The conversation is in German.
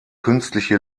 künstliche